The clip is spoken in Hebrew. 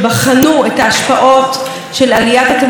כדור הארץ ועל המקומות שאנחנו חיים בהם,